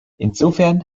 insofern